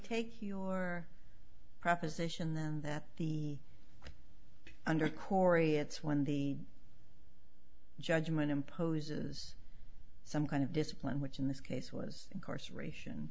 take your proposition them that the under corey it's when the judgment imposes some kind of discipline which in this case was incarceration